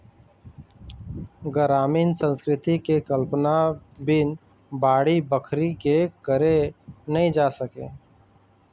गरामीन संस्कृति के कल्पना बिन बाड़ी बखरी के करे नइ जा सके